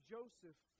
Joseph